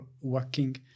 working